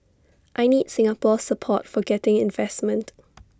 I need Singapore's support for getting investment